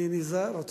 אני נזהר,